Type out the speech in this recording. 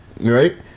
Right